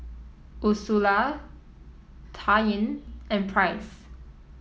Ursula Taryn and Price